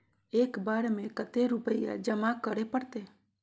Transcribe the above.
एक बार में कते रुपया जमा करे परते?